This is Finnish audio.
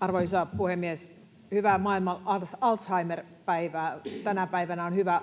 Arvoisa puhemies! Hyvää maailman Alzheimer-päivää! Tänä päivänä on hyvä